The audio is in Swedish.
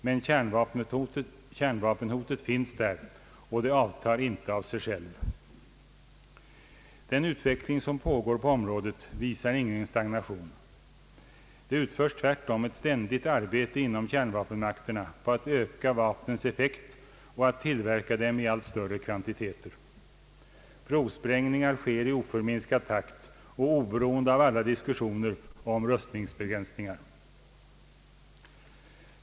Men kärnvapenhotet finns där, och det avtar inte av sig självt. Den utveckling som pågår på området visar ingen stagnation. Det utförs tvärtom ett ständigt arbete inom kärnvapenmakterna på att öka vapnens effekt och att tillverka dem i allt större kvantiteter. Provsprängningar sker med oförminskad takt och oberoende av alla diskussioner om rustningsbegränsningar.